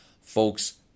Folks